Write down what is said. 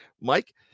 Mike